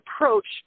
approach